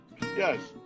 yes